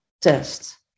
test